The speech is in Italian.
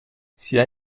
sia